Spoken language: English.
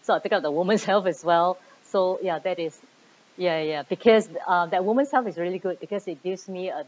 so I picked up the woman's health as well so ya that is ya ya because uh that woman's health is really good because it gives me a